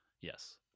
yes